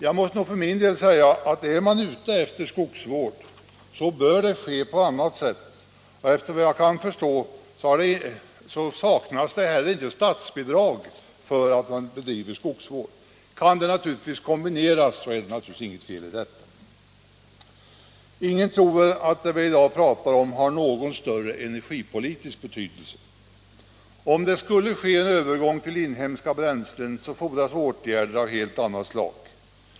Jag måste nog för min del säga att om man eftersträvar bättre skogsvård, så bör det ske på annat sätt, och efter vad jag kan förstå har inte heller statsbidrag saknats för detta ändamål. Kan olika sätt kombineras är det naturligtvis inget fel i detta. Ingen tror väl att det vi i dag talar om har någon större energipolitisk betydelse. För att en övergång till inhemska bränslen skall komma till stånd fordras åtgärder av helt annat slag.